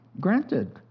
Granted